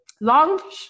long